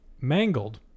Mangled